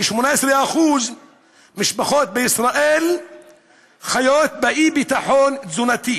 כ-18% מהמשפחות בישראל חיות באי-ביטחון תזונתי,